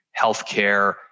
healthcare